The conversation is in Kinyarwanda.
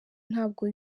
ntabwo